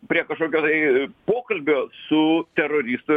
prie kažkokio tai pokalbio su teroristu